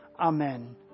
Amen